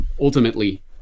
ultimately